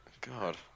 god